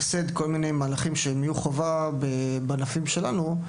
למסד כל מיני מהלכים, שיהיו חובה בענפים שלנו,